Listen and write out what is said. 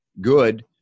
good